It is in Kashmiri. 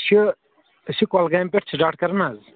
أسۍ چھِ أسۍ چھِ کۄلگامہِ پٮ۪ٹھ سِٹَاٹ کَران حظ